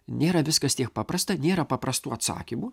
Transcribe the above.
nėra viskas tiek paprasta nėra paprastų atsakymų